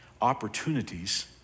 opportunities